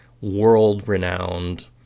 world-renowned